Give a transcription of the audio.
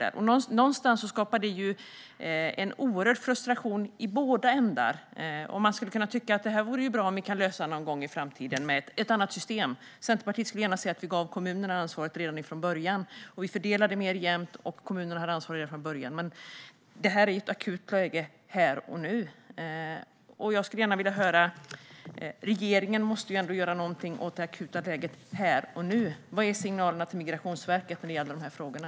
Detta skapar en oerhörd frustration i båda ändar. Man skulle kunna tycka att det vore bra om vi kunde lösa detta någon gång i framtiden med ett annat system. Centerpartiet skulle gärna se att vi gav kommunerna ansvaret redan från början, med en jämnare fördelning. Men läget är akut nu, och regeringen måste göra någonting åt det akuta läget. Jag skulle gärna vilja höra vilka signalerna till Migrationsverket är när det gäller de här frågorna.